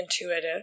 intuitive